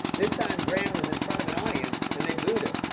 this time, graham was in front of an audience, and they booed him.